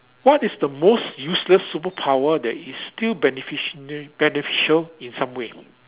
what is the most useless superpower that is still beneficiana~ beneficial in some way